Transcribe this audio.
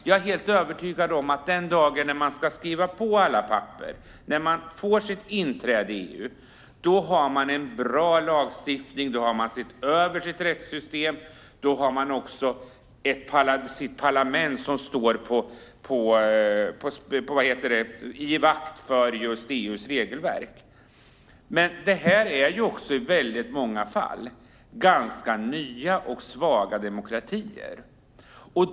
Jag är helt övertygad om att den dagen man ska skriva på alla papper och får sitt inträde i EU, då har man en bra lagstiftning eftersom man har sett över sitt rättssystem, och man har ett parlament som står i givakt för EU:s regelverk. Men det handlar i väldigt många fall om ganska nya och svaga demokratier.